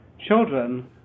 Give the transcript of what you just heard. children